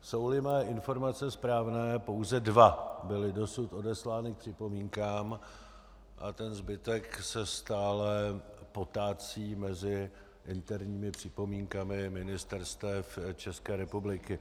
Jsouli mé informace správné, pouze dva byly dosud odeslány k připomínkám a zbytek se stále potácí mezi interními připomínkami ministerstev České republiky.